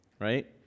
right